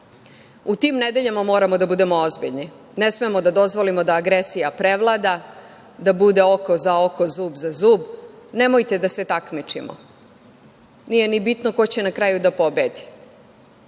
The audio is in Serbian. u tim nedeljama moramo da budemo ozbiljni, ne smemo da dozvolimo da agresija prevlada, da bude - oko za oko, zub za zub, nemojte da se takmičimo, nije ni bitno ko će na kraju da pobedi,